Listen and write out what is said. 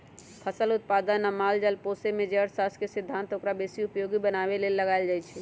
फसल उत्पादन आ माल जाल पोशेमे जे अर्थशास्त्र के सिद्धांत ओकरा बेशी उपयोगी बनाबे लेल लगाएल जाइ छइ